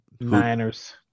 Niners